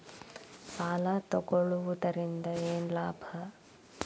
ಸಾಲ ತಗೊಳ್ಳುವುದರಿಂದ ಏನ್ ಲಾಭ?